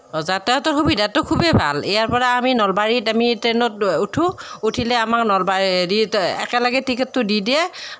যাতায়তৰ সুবিধাটো খুবেই ভাল ইয়াৰপৰা আমি নলবাৰীত আমি ট্ৰেনত উঠোঁ উঠিলে আমাৰ নলবাৰীত হেৰিত একেলগে টিকেটটো দি দিয়ে